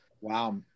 wow